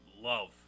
love